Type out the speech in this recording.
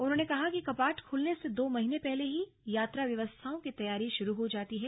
उन्होंने कहा कि कपाट खुलने से दो महीने पहले ही यात्रा व्यवस्थाओं की तैयारी शुरू हो जाती है